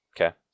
okay